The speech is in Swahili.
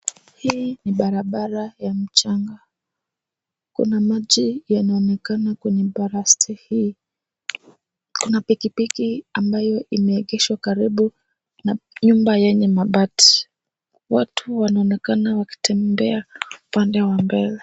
Hii ni barabara ya mchanga. Kuna maji yanayoonekana kwenye barabara hii. Kuna pikipiki ambayo imeegeshwa karibu na nyumba yenye mabati. Watu wanaonekana wakitembea upande wa mbele.